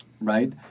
right